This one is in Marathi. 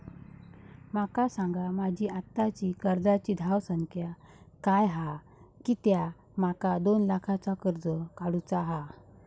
माका सांगा माझी आत्ताची कर्जाची धावसंख्या काय हा कित्या माका दोन लाखाचा कर्ज काढू चा हा?